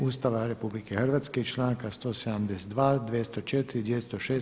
Ustava RH i članka 172., 204. i 206.